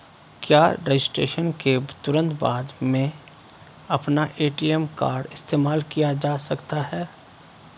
क्या रजिस्ट्रेशन के तुरंत बाद में अपना ए.टी.एम कार्ड इस्तेमाल किया जा सकता है?